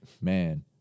man